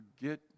forget